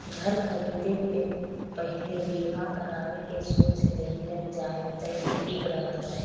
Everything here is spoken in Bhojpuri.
घर खरीदे से पहिले बीमा करावे के सोच लेहल जाए तअ ठीक रहत बाटे